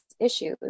issues